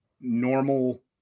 normal